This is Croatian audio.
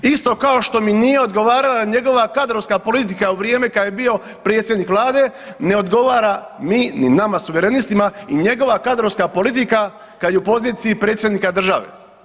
Isto kao što mi nije odgovarala njegova kadrovska politika u vrijeme kad je bio predsjednik vlade, ne odgovara mi, ni nama suverenistima i njegova kadrovska politika kad je u poziciji predsjednika države.